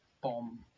bomb